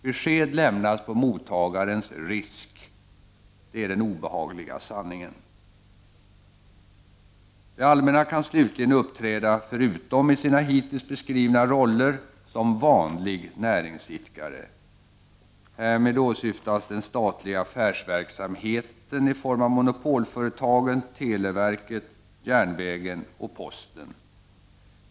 Besked lämnas på mottagarens risk, det är den obehagliga sanningen. Det allmänna kan slutligen uppträda — förutom i sina hittills beskrivna roller — som vanlig näringsidkare. Härmed åsyftas den statliga affärsverksamheten i form av monopolföretagen televerket, järnvägen och posten.